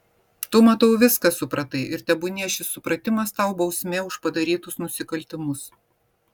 tu matau viską supratai ir tebūnie šis supratimas tau bausmė už padarytus nusikaltimus